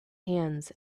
hands